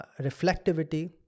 reflectivity